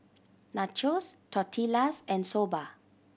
Nachos Tortillas and Soba